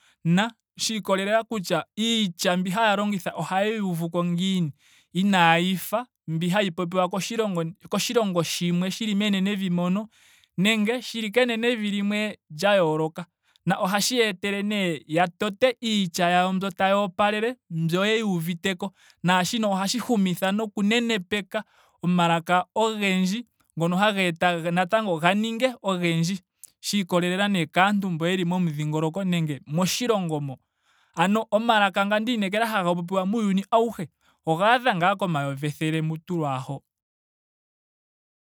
Na shiikolela kutya iitya mbi haya longtha ohaya yi uvuko ngiini inaayi fa mbi hayi popiwa koshilongo koshilongo shimwe shili menenevi mono. nenge shili kenenevi limwe lya yooloka. Na ohashi ya etele nee ya tote iitya yawo mbyo tay opalele. mbyo yeyi uviteko. naashino ohashi humitha noku nenepeka omalaka ogendji ngono haga eta natango ga ninge ogendji shiikolelela nee kaantu mbo yeli momudhingoloko nenge moshilongo mo. Ano omalaka nga ndiinekela haga popiwa muuyuni auhe ogaadha ngaa komayovi ethele mutu lwaaho